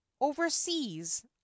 overseas